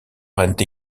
prennent